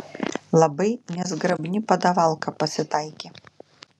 labai nezgrabni padavalka pasitaikė